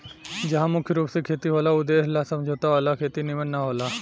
जहा मुख्य रूप से खेती होला ऊ देश ला समझौता वाला खेती निमन न होला